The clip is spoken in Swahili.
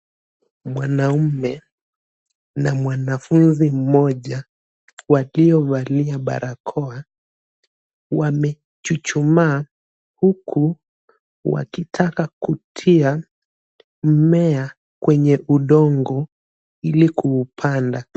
Mwanaume na mwanafunzi mmoja walio valia barakoa, wamechuchumaa huku wakitaka kutia mmea kwenye udongo ili kuupanda.